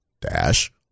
Dash